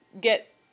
get